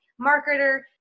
marketer